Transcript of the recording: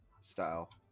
style